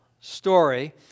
story